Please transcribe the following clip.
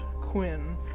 Quinn